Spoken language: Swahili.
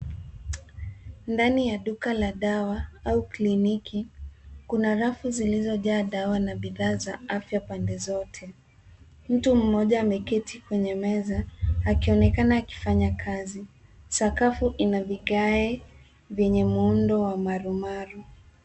Ndani ya duka la dawa au kliniki, kuna rafu zilizojaa dawa na bidhaa za afya pande zote. Mtu mmoja ameketi kwenye meza akionekana akifanya kazi. Sakafu ina vigae vyenye muundo wa marumaru.